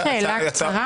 אפשר שאלה קצרה?